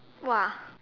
!wah!